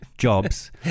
jobs